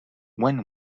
when